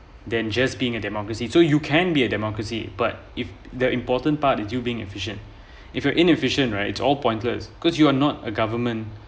than just being a democracy so you can be a democracy but if the important part that you being efficient if you are inefficient right it's all pointless cause you are not a government